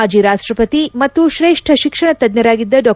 ಮಾಜಿ ರಾಷ್ಟಪತಿ ಮತ್ತು ಶ್ರೇಷ್ಠ ಶಿಕ್ಷಣ ತಜ್ಞರಾಗಿದ್ದ ಡಾ